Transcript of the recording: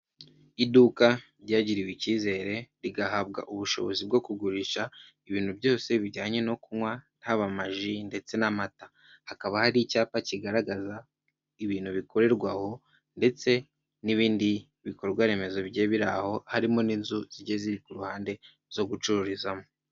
Iduka ryagiriwe icyizere rigahabwa ubushobozi bwo kugurisha ibintu byose bijyanye no kunywa, haba ama ji ndetse n'amata, hakaba hari icyapa kigaragaza ibintu bikorerwaho ndetse n'ibindi bikorwaremezo bigiye biri aho, harimo n'inzu zigiye ziri ku ruhande zo gucururizamo.